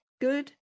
good